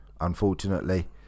Unfortunately